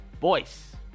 voice